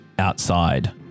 outside